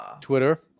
Twitter